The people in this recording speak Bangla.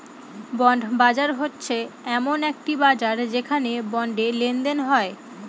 বন্ড বাজার হচ্ছে এমন একটি বাজার যেখানে বন্ডে লেনদেন হয়